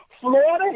Florida